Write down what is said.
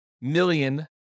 million